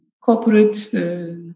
corporate